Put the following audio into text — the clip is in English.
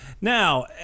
now